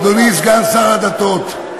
אדוני סגן שר הדתות,